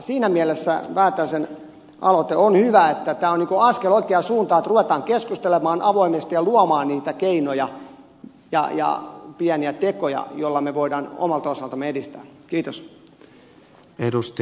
siinä mielessä väätäisen aloite on hyvä että tämä on askel oikeaan suuntaan että ruvetaan keskustelemaan avoimesti ja luomaan niitä keinoja ja pieniä tekoja joilla me voimme omalta osaltamme edistää tätä asiaa